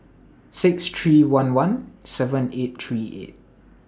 six three one one seven eight three eight